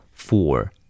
Four